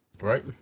Right